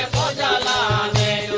da da